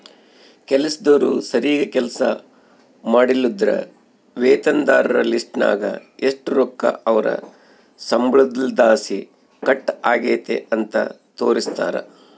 ಕೆಲಸ್ದೋರು ಸರೀಗ್ ಕೆಲ್ಸ ಮಾಡ್ಲಿಲ್ಲುದ್ರ ವೇತನದಾರರ ಲಿಸ್ಟ್ನಾಗ ಎಷು ರೊಕ್ಕ ಅವ್ರ್ ಸಂಬಳುದ್ಲಾಸಿ ಕಟ್ ಆಗೆತೆ ಅಂತ ತೋರಿಸ್ತಾರ